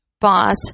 boss